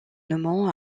nommant